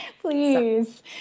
Please